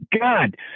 God